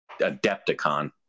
Adepticon